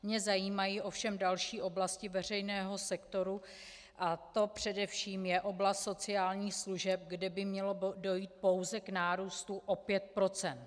Mě zajímají ovšem další oblasti veřejného sektoru, a to především je oblast sociálních služeb, kde by mělo dojít pouze k nárůstu o 5 procent.